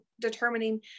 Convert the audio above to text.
determining